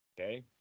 Okay